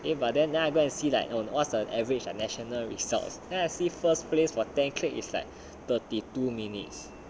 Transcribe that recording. eh but then I go then I go and see like oh what's the average a national results then I see first place for ten click is like thirty two minutes